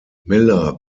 miller